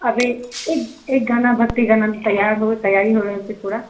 अभी एक गाना भक्ति गाना भी तैआर हो तैआरी हो रहल छै पूरा